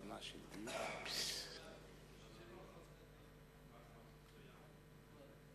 אדוני היושב-ראש, רבותי השרים, חברי